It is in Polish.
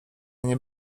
nie